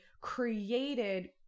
created